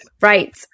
right